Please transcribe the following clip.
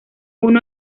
uno